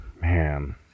man